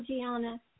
Gianna